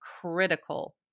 critical